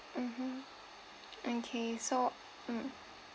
mmhmm okay so mm